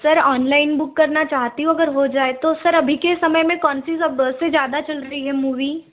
sir online book करना चाहती हूँ अगर हो जाए तो सर अभी के समय में कौन सी सबसे ज़्यादा चल रही है मूवी